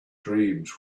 dreams